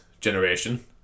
generation